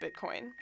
Bitcoin